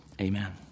Amen